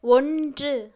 ஒன்று